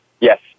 Yes